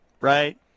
right